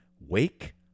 Wake